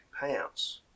payouts